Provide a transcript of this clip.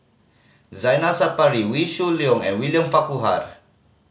Zaina Sapari Wee Shoo Leong and William Farquhar